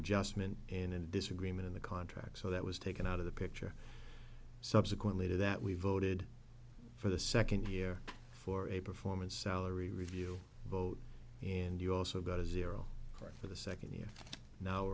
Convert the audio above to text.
adjustment in a disagreement in the contract so that was taken out of the picture subsequently to that we voted for the second year for a performance salary review vote and you also got a zero for the second you now